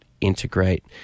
integrate